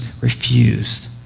refused